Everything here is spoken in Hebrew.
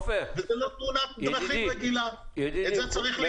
זו לא תאונת דרכים רגילה, את זה צריך לזכור.